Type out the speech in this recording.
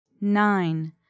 nine